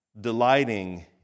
delighting